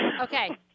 Okay